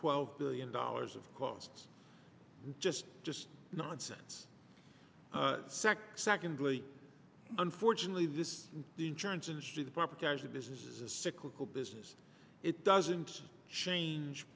twelve billion dollars of costs just just nonsense sector secondly unfortunately this the insurance industry the property as a business is a cyclical business it doesn't change